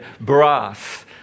brass